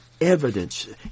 evidence